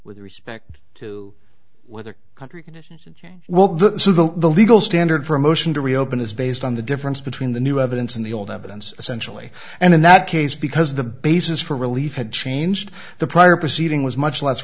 with respect to whether country well the so the legal standard for a motion to reopen is based on the difference between the new evidence and the old evidence essentially and in that case because the basis for relief had changed the prior proceeding was much less